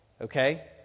Okay